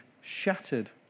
shattered